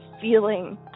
feeling